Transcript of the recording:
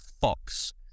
Fox